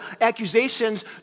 accusations